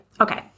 okay